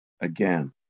again